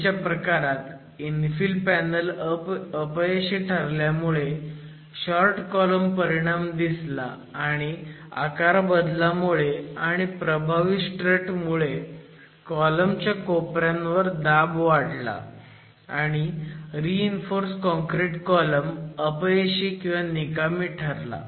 आधीच्या प्रकारात infill panel अपयशी ठरल्यामुळे शॉर्ट कॉलम परिणाम दिसला आणि आकारबदलामुळे आणि प्रभावी स्ट्रट मुळे कॉलम च्या कोपऱ्यांवर दाब वाढला आणि रीइन्फोर्स काँक्रिट कॉलम अपयशी ठरला